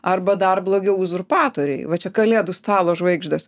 arba dar blogiau uzurpatoriai va čia kalėdų stalo žvaigždės